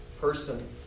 person